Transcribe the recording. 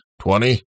twenty